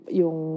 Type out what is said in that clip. yung